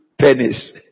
pennies